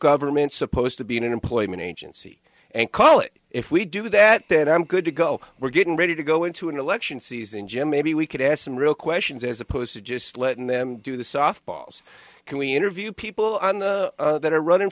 government supposed to be an employment agency and call it if we do that then i'm good to go we're getting ready to go into an election season jim maybe we could ask some real questions as opposed to just letting them do the softballs can we interview people on the that are running